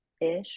ish